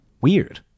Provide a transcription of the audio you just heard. weird